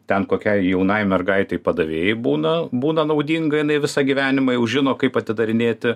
ten kokiai jaunai mergaitei padavėjai būna būna naudinga jinai visą gyvenimą jau žino kaip atidarinėti